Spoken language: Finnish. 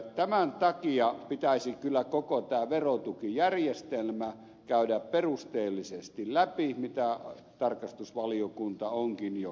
tämän takia pitäisi kyllä koko tämä verotukijärjestelmä käydä perusteellisesti läpi ja tätä tarkastusvaliokunta onkin jo suunnitellut